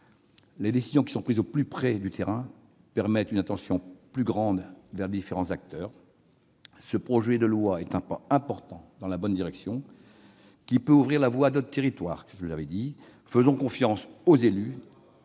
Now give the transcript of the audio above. Les décisions prises au plus près du terrain permettent une attention plus grande envers les différents acteurs. Ce projet de loi est un pas important dans la bonne direction ; il peut ouvrir la voie pour d'autres territoires. La Savoie, par